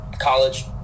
college